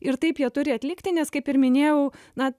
ir taip jie turi atlikti nes kaip ir minėjau na